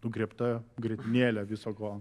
nugriebta grietinėlė viso ko